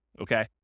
okay